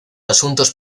asuntos